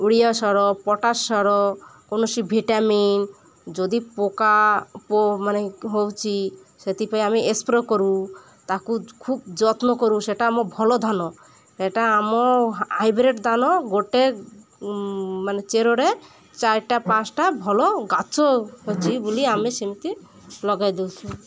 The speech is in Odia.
ୟୁରିଆ ସାର ପଟାସ୍ ସାର କୌଣସି ଭିଟାମନ୍ ଯଦି ପକା ପ ମାନେ ହଉଛି ସେଥିପାଇଁ ଆମେ ଏସ୍ପ୍ରୋ କରୁ ତାକୁ ଖୁବ ଯତ୍ନ କରୁ ସେଇଟା ଆମ ଭଲ ଧାନ ଏଇଟା ଆମ ହାଇବ୍ରିଡ଼୍ ଧାନ ଗୋଟେ ମାନେ ଚେରରେ ଚାରିଟା ପାଞ୍ଚଟା ଭଲ ଗଛ ଅଛିି ବୋଲି ଆମେ ସେମିତି ଲଗାଇ ଦଉଛୁ